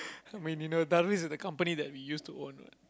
I mean you know that is the company that we used to own what